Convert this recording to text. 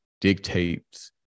dictates